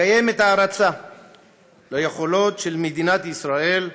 קיימת הערצה ליכולות של מדינת ישראל,